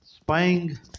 spying